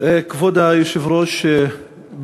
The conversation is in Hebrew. כבוד היושב-ראש,